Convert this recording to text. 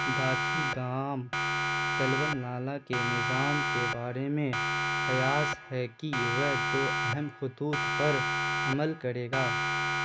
داچی گام تلبل نالہ کے نظام کے بارے میں قیاس ہے کہ وہ دو اہم خطوط پر عمل کرے گا